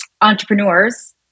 entrepreneurs